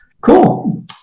Cool